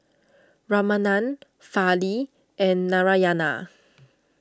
Ramanand Fali and Narayana